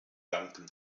danken